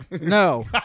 No